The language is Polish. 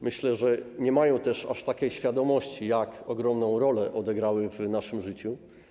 Myślę, że nie mają też aż takiej świadomości, jak ogromną rolę odegrały w naszym życiu.